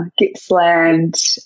Gippsland